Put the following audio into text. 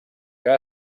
que